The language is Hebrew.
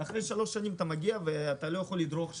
ואחרי שלוש שנים אתה מגיע ולא יכול לדרוך שם.